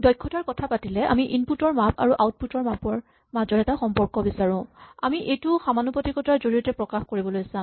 দক্ষতাৰ কথা পাতিলে আমি ইনপুট ৰ মাপ আৰু আউটপুট ৰ মাপ ৰ মাজত এটা সম্পৰ্ক বিচাৰো আমি এইটো সমানুপাতিকতাৰ জৰিয়তে প্ৰকাশ কৰিবলৈ চাম